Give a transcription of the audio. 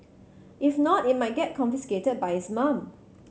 if not it might get confiscated by his mum